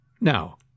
Now